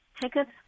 tickets